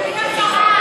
גברתי השרה,